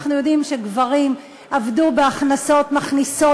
אנחנו יודעים שגברים עבדו בהכנסות מכניסות,